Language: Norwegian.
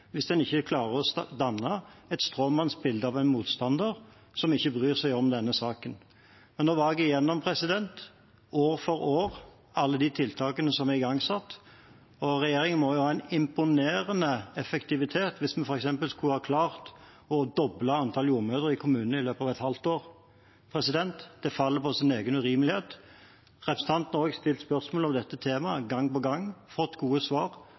hvis en ikke klarer å danne et stråmannsbilde av en motstander som ikke bryr seg om denne saken. Jeg var nå gjennom, år for år, alle de tiltakene som er igangsatt. Regjeringen må ha en imponerende effektivitet hvis vi f.eks. skulle ha klart å doble antall jordmødre i kommunene i løpet av et halvt år. Det faller på sin egen urimelighet. Representanten har stilt spørsmål om dette temaet gang på gang og fått gode svar.